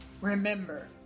remember